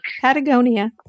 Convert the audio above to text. Patagonia